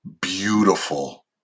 beautiful